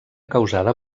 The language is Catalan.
causada